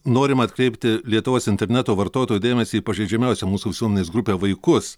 norim atkreipti lietuvos interneto vartotojų dėmesį į pažeidžiamiausią mūsų visuomenės grupę vaikus